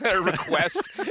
request